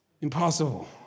impossible